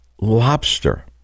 lobster